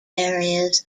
areas